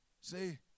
see